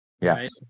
Yes